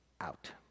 out